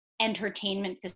entertainment